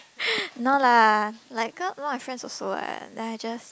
no lah like a a lot of my friends also what then I just